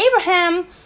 Abraham